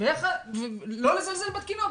ולא לזלזל בתקינה,